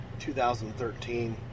2013